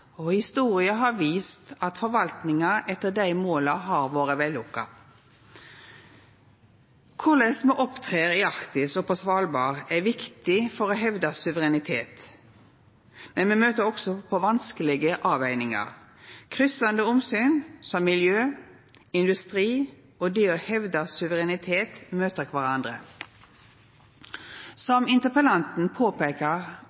og historia har vist at forvaltinga etter dei måla har vore vellukka. Korleis me opptrer i Arktis og på Svalbard er viktig for å hevda suverenitet, men me møter også på vanskelege avvegingar. Kryssande omsyn som miljø, industri og det å hevda suverenitet møter kvarandre.